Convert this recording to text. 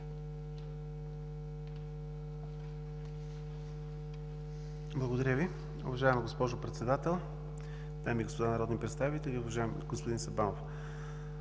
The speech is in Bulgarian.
Благодаря Ви! Уважаема госпожо Председател, дами и господа народни представители! Уважаеми господин Сабанов,